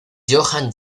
johann